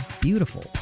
beautiful